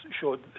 showed